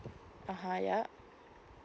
a'ah yup